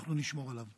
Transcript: אנחנו נשמור עליו.